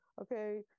Okay